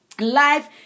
life